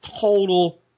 total